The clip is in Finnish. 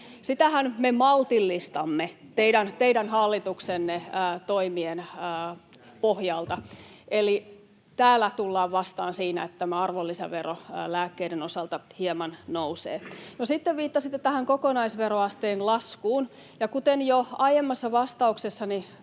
me maltillistamme teidän hallituksenne toimien pohjalta, eli täällä tullaan vastaan siinä, että tämä arvonlisävero lääkkeiden osalta hieman nousee. No, sitten viittasitte tähän kokonaisveroasteen laskuun, ja kuten jo aiemmassa vastauksessani